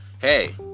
hey